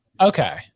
Okay